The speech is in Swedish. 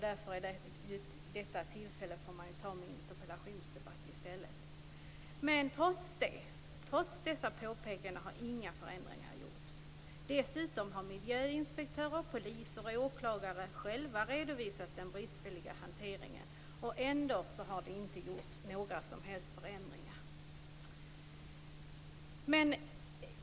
Därför får vi nu i stället i en interpellationsdebatt ta tillfället i akt att debattera med justitieministern. Trots dessa påpekanden har inga förändringar gjorts. Dessutom har miljöinspektörer, poliser och åklagare själva redovisat den bristfälliga hanteringen, och ändå har det inte gjorts några som helst förändringar.